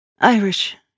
Irish